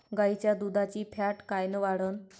गाईच्या दुधाची फॅट कायन वाढन?